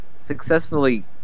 successfully